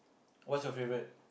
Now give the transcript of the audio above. what's your favorite